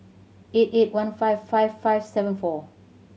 eight eight one five five five seven four